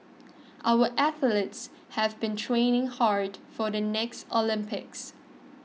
our athletes have been training hard for the next Olympics